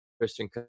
Christian